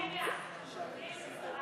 רגע, אני הייתי שרת,